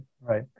right